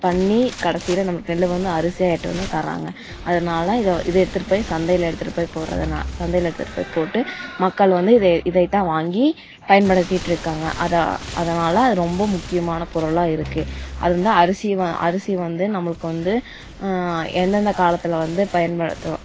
பண்ணி கடைசில நம்மளுக்கு நெல் வந்து அரிசியாக எட்டுவந்து தர்றாங்க அதனால இதை இதை எடுத்துகிட்டுப்போய் சந்தையில் எடுத்துகிட்டு போய் போடுறதுனால சந்தையில் எடுத்துகிட்டு போய் போட்டு மக்கள் வந்து இத இதைத்தான் வாங்கி பயன்படுத்திகிட்டு இருக்காங்க அதான் அதனால் அது ரொம்ப முக்கியமான பொருளாக இருக்குது அதுவந்து அரிசி அரிசி வந்து நம்மளுக்கு வந்து எந்தெந்த காலத்தில் வந்து பயன்படுத்துவோம்